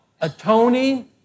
atoning